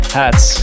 hats